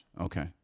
Okay